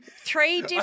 Three